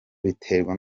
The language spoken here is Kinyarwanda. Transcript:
biterwa